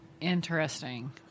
Interesting